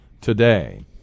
today